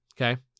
Okay